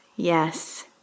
Yes